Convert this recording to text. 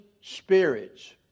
spirits